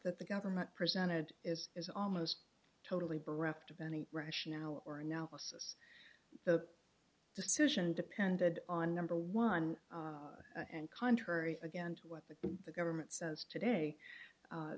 that the government presented as is almost totally bereft of any rationale or analysis the decision depended on number one and contrary again to what the the government says today